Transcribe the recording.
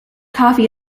coffee